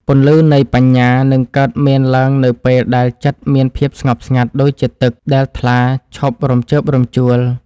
ពន្លឺនៃបញ្ញានឹងកើតមានឡើងនៅពេលដែលចិត្តមានភាពស្ងប់ស្ងាត់ដូចជាទឹកដែលថ្លាឈប់រំជើបរំជួល។